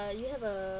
uh you have a